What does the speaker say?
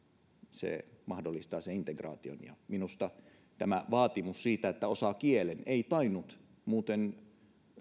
se mahdollistaa integraation minusta tämä vaatimus siitä että osaa kielen ei tainnut muuten